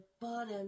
bottom